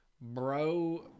bro